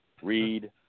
read